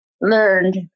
learned